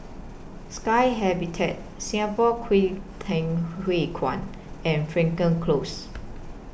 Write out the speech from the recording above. Sky Habitat Singapore Kwangtung Hui Kuan and Frankel Close